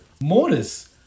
Mortis